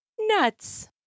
nuts